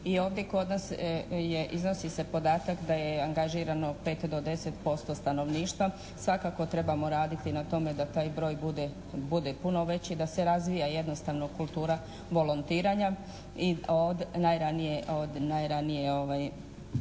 I ovdje kod nas je iznosi se podatak da je angažirano 5 do 10% stanovništva. Svakako trebamo raditi na tome da taj broj bude, bude puno veći. Da se razvija jednostavno kultura volontiranja i, od najranije dobi.